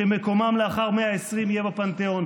שמקומם לאחר 120 יהיה בפנתיאון,